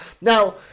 Now